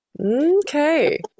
Okay